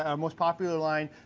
um most popular line,